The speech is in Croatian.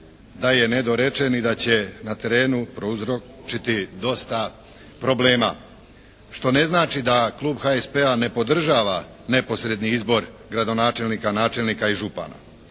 Da je nedorečen i da će na terenu prouzročiti dosta problema. Što ne znači da Klub HSP-a ne podržava neposredni izbor gradonačelnika, načelnika i župana.